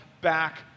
back